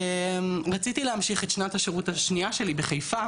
רציתי להמשיך את שנת השירות השנייה שלי בחיפה,